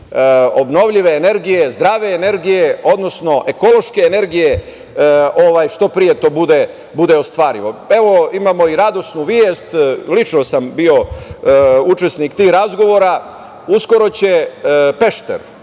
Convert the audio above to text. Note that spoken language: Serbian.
obnovljive energije, zdrave energije, odnosno ekološke energije, što pre to bude ostvarivo. Evo, imamo i radosnu vest, lično sam bio učesnik tih razgovora, uskoro će Pešter,